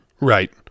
right